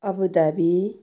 Abu Dhabi